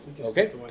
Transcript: Okay